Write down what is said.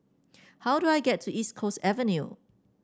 how do I get to East Coast Avenue